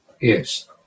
Yes